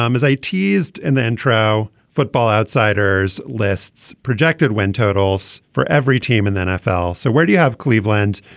um as i teased in the intro. football outsiders lists projected win totals for every team in the nfl. so where do you have cleveland.